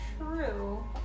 true